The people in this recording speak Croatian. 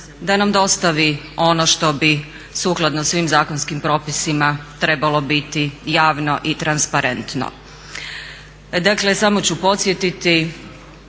da nam dostavi ono što bi sukladno svim zakonskim propisima trebalo biti javno i transparentno. Dakle samo ću podsjetiti